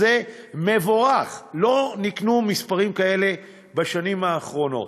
זה מבורך, לא נקנו מספרים כאלה בשנים האחרונות,